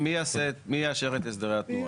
מי יאשר את הסדרי התנועה?